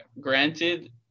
granted